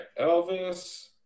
Elvis